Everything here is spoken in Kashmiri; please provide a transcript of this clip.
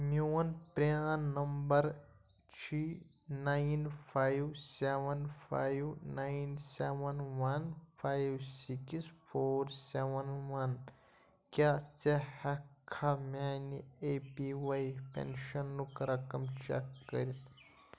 میٛون پریٛان نمبر چھُے nine five seven five nine seven one five six four seven one کیٛاہ ژٕ ہیٚکٕکھا میٛانہِ اَے پی وائی پؠنشنُک رقم چیک کٔرتھ